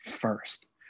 first